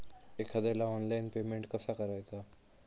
एखाद्याला online payment कसा करायचा?